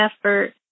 effort